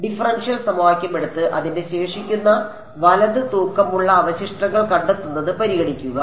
differential സമവാക്യം എടുത്ത് അതിന്റെ ശേഷിക്കുന്ന വലത് തൂക്കമുള്ള അവശിഷ്ടങ്ങൾ കണ്ടെത്തുന്നത് പരിഗണിക്കുക